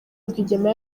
rwigema